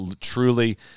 truly